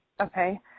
Okay